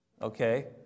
okay